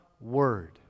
word